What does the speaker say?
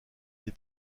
des